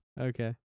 Okay